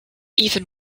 even